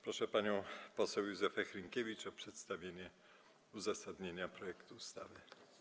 Proszę panią poseł Józefę Hrynkiewicz o przedstawienie uzasadnienia projektu ustawy.